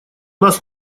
нас